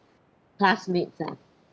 classmates ah